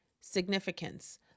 significance